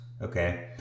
okay